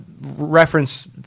reference